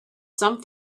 some